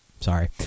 Sorry